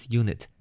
unit